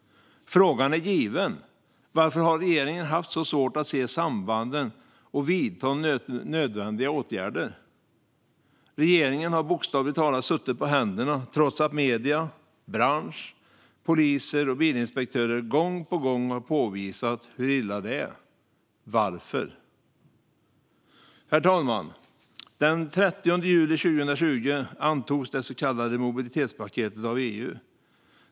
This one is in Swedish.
Frågan är given: Varför har regeringen haft så svårt att se sambanden och vidta nödvändiga åtgärder? Regeringen har suttit på händerna trots att medier, bransch, poliser och bilinspektörer gång på gång har påvisat hur illa det är. Varför? Herr talman! Den 30 juli 2020 antogs det så kallade mobilitetspaketet av EU.